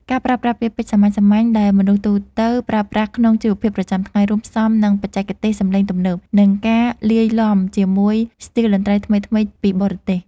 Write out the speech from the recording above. ការប្រើប្រាស់ពាក្យពេចន៍សាមញ្ញៗដែលមនុស្សទូទៅប្រើប្រាស់ក្នុងជីវភាពប្រចាំថ្ងៃ រួមផ្សំនឹងបច្ចេកទេសសម្លេងទំនើប និងការលាយឡំជាមួយស្ទីលតន្ត្រីថ្មីៗពីបរទេស